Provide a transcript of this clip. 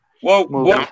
Whoa